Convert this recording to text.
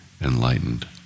enlightened